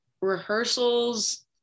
rehearsals